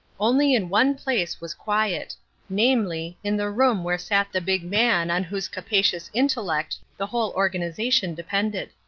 only in one place was quiet namely, in the room where sat the big man on whose capacious intellect the whole organization depended.